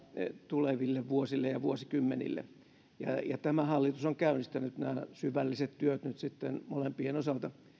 tuleville vuosille ja vuosikymmenille tämä hallitus on käynnistänyt nämä syvälliset työt nyt sitten molempien osalta